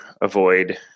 avoid